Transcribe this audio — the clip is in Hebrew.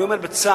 אני אומר בצער,